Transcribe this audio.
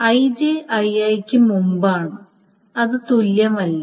Ij Ii യ്ക്ക് മുമ്പാണ് അത് തുല്യമല്ല